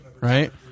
right